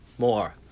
more